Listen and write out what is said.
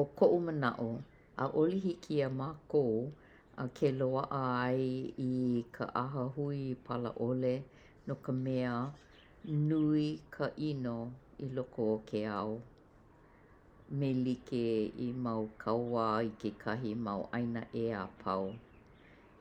ʻO koʻu manaʻo, ʻaʻole hiki iā mākou ke loaʻai i ka ʻahahui palaʻole no ka mea nui ka ʻino i loko o ke ao me like i mau kaua i kekahi mau ʻaina ʻe apau.